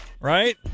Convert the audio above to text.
right